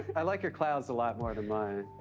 i like your clouds a lot more than mine.